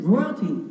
Royalty